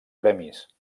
premis